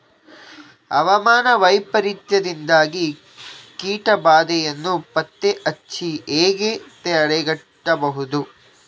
ಹವಾಮಾನ ವೈಪರೀತ್ಯದಿಂದಾಗಿ ಕೀಟ ಬಾಧೆಯನ್ನು ಪತ್ತೆ ಹಚ್ಚಿ ಹೇಗೆ ತಡೆಗಟ್ಟಬಹುದು?